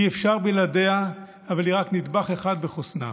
אי-אפשר בלעדיה, אבל היא רק נדבך אחד בחוסנה.